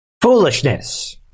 foolishness